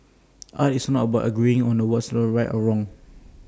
art is not about agreeing on what's right or wrong